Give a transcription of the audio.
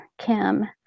Kim